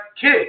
kid